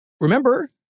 remember